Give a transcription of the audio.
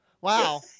Wow